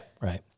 Right